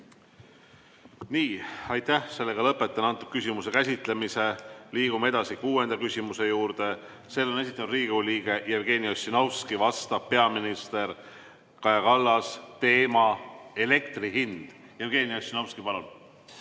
Nii. Aitäh! Lõpetan selle küsimuse käsitlemise. Liigume edasi kuuenda küsimuse juurde. Selle on esitanud Riigikogu liige Jevgeni Ossinovski, vastab peaminister Kaja Kallas. Teema: elektri hind. Jevgeni Ossinovski, palun!